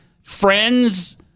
friends